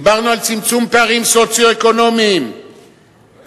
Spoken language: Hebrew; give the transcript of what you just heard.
דיברנו על צמצום פערים סוציו-אקונומיים ועל